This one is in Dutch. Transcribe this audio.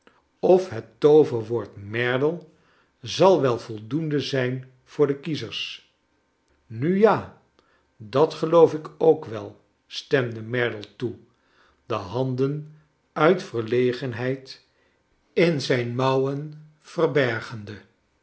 of het tooverwoord merdle zal wel voldoende zijn voor de kiezers nu ja dat geloof ik ook wel stemde merdle toe de handen uit verlegenheid in zijn mouwen verbergende